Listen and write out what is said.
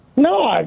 No